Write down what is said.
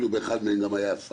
באחת מהן היה גם השר,